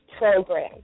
program